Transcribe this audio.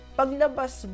paglabas